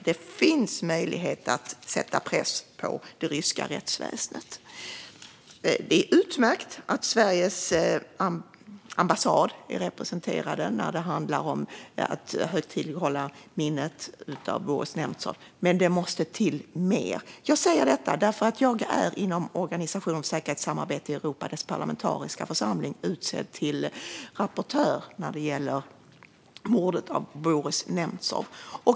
Det finns möjligheter att sätta press på det ryska rättsväsendet. Det är utmärkt att Sveriges ambassad är representerad när det handlar om att högtidlighålla minnet av Boris Nemtsov. Men det måste till mer. Jag säger det eftersom jag av Organisationen för säkerhet och samarbete i Europa, dess parlamentariska församling, är utsedd till rapportör när det gäller mordet på Boris Nemtsov.